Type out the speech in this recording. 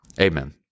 Amen